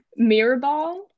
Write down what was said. mirrorball